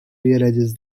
realizes